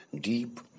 deep